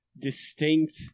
distinct